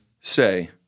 say